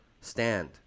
stand